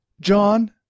John